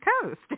Coast